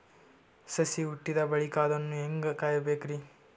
ಸಸಿ ಹುಟ್ಟಿದ ಬಳಿಕ ಅದನ್ನು ಹೇಂಗ ಕಾಯಬೇಕಿರಿ?